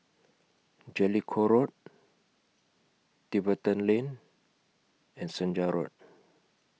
Jellicoe Road Tiverton Lane and Senja Road